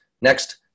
next